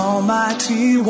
Almighty